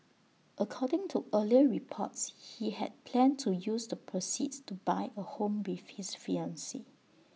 according to earlier reports he had planned to use the proceeds to buy A home with his fiancee